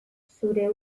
zure